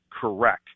correct